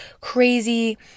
crazy